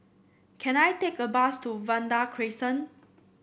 can I take a bus to Vanda Crescent